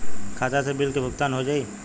खाता से बिल के भुगतान हो जाई?